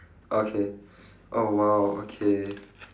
okay oh !wow! okay